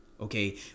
Okay